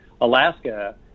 Alaska